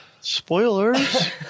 Spoilers